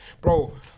Bro